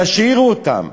תשאירו אותם.